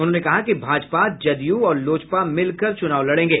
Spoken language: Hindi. उन्होंने कहा कि भाजपा जदयू और लोजपा मिलकर चुनाव लड़ेंगे